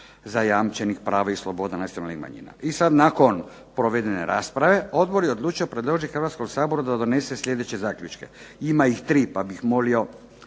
zajamčenih prava i sloboda nacionalnih manjina. I sada nakon provedene rasprave Odbor je odlučio predložiti Hrvatskom saboru da donese sljedeće zaključke. Ima ih tri, pa bih molio